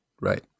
Right